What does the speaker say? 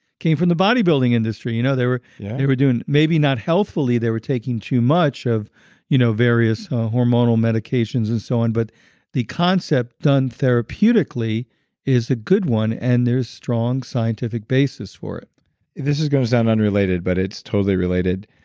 came from the bodybuilding industry. you know they were they were doing. maybe not healthfully, they were taking too much of you know various hormonal medications and so on, but the concept one therapeutically is a good one, and there is strong scientific basis for it this is going to sound unrelated, but it's totally related.